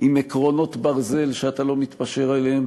עם עקרונות ברזל שאתה לא מתפשר עליהם,